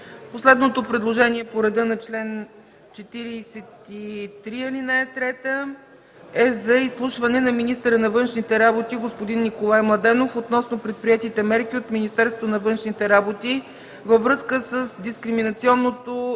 Последното предложение по реда на чл. 43, ал. 3 е за изслушване на министъра на външните работи господин Николай Младенов относно предприетите мерки от Министерството на външните работи във връзка с дискриминационното